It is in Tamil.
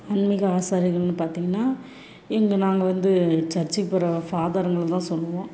ஆன்மிக ஆசாரிகள்னு பார்த்திங்கனா இங்கே நாங்கள் வந்து சர்ச்சுக்கு போகிற ஃபாதருங்களை தான் சொல்லுவோம்